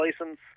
license